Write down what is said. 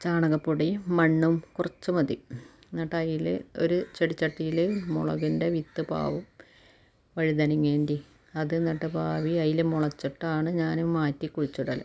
ചാണകപ്പൊടി മണ്ണും കുറച്ച് മതി എന്നിട്ട് അതിൽ ഒരു ചെടി ചട്ടിയിൽ മുളകിൻ്റെ വിത്ത് പാകും വഴുതനങ്ങേൻ്റെയും അത് എന്നിട്ട് പാവി അതിൽ മുളച്ചിട്ടാണ് ഞാൻ മാറ്റി കുഴിച്ചിടൽ